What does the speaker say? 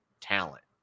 talent